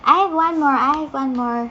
I have one more I have one more